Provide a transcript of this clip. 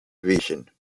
vision